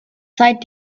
seit